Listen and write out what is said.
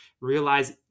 realize